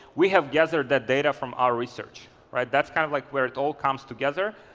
we have gathered that data from our research right. that's kind of like where it all comes together.